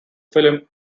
film